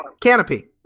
Canopy